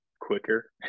quicker